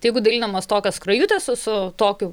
tai jeigu dalinamos tokios skrajutės su su tokiu